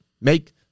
make